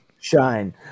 shine